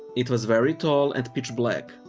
it was very tall and pitch black.